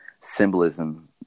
symbolism